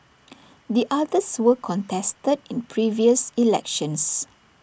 the others were contested in previous elections